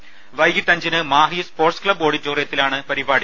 വൈകിട്ട് അഞ്ചിന് Mahe sports club ഓഡിറ്റോറിയ ത്തിലാണ് പരിപാടി